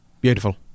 Beautiful